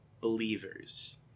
believers